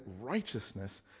righteousness